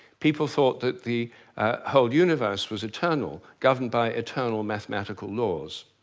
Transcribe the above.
people thought that the whole universe was eternal, governed by eternal mathematical laws.